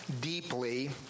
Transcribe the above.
deeply